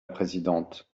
présidente